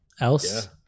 Else